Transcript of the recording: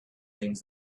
things